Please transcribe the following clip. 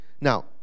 Now